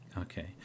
okay